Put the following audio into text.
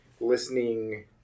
listening